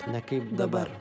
na kaip dabar